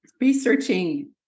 researching